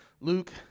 Luke